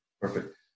Perfect